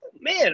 Man